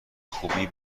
خوبی